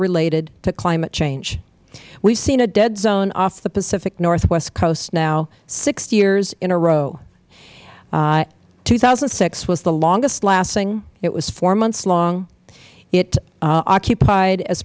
related to climate change we have seen a dead zone off the pacific northwest coast now six years in a row two thousand and six was the longest lasting it was four months long it occupied as